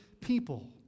people